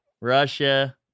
russia